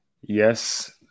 Yes